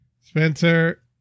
Spencer